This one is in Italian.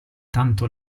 tanto